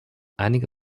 einige